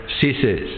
ceases